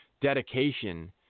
dedication